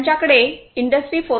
त्यांच्याकडे इंडस्ट्री 4